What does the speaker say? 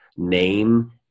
Name